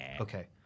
Okay